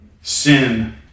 sin